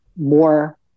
more